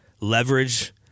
leverage